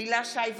הילה שי וזאן,